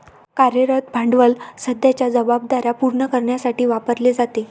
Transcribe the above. कार्यरत भांडवल सध्याच्या जबाबदार्या पूर्ण करण्यासाठी वापरले जाते